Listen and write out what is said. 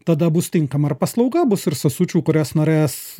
tada bus tinkama ir paslauga bus ir sesučių kurias norės